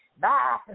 Bye